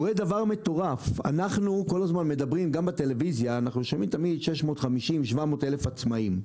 אנחנו שומעים גם בטלוויזיה על 700-650 עצמאים.